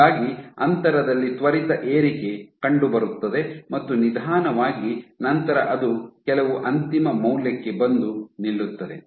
ಹೀಗಾಗಿ ಅಂತರದಲ್ಲಿ ತ್ವರಿತ ಏರಿಕೆ ಕಂಡುಬರುತ್ತದೆ ಮತ್ತು ನಿಧಾನವಾಗಿ ನಂತರ ಅದು ಕೆಲವು ಅಂತಿಮ ಮೌಲ್ಯಕ್ಕೆ ಬಂದು ನಿಲ್ಲುತ್ತದೆ